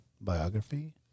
biography